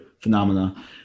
phenomena